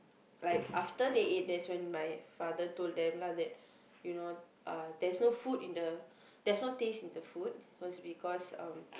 like after they eat that's when my father told them lah that you know there's no food in the~ there's no taste in the food cause because um